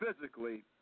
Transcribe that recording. physically